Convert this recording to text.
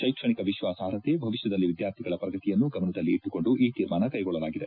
ಶೈಕ್ಷಣಿಕ ವಿಶ್ವಾಸರ್ಹತೆ ಭವಿಷ್ಯದಲ್ಲಿ ವಿದ್ಯಾರ್ಥಿಗಳ ಪ್ರಗತಿಯನ್ನು ಗಮನದಲ್ಲಿಟ್ಟಿಕೊಂಡು ಈ ತೀರ್ಮಾನ ಕೈಗೊಳ್ಳಲಾಗಿದೆ